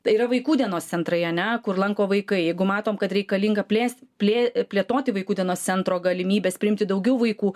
yra vaikų dienos centrai ane kur lanko vaikai jeigu matom kad reikalinga plėst plė plėtoti vaikų dienos centro galimybes priimti daugiau vaikų